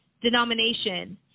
denomination